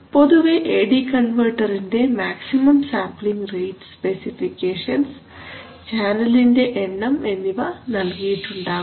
പൊതുവേ A D കൺവെർട്ടറിന്റെ maximum sampling rate specifications ചാനലിന്റെ എണ്ണം എന്നിവ നൽകിയിട്ടുണ്ടാകും